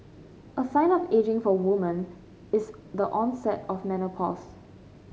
a sign of ageing for a woman is the onset of menopause